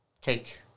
cake